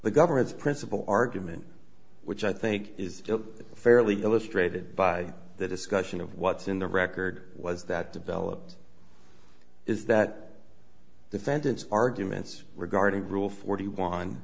the government's principal argument which i think is fairly illustrated by the discussion of what's in the record was that developed is that defendants arguments regarding rule forty one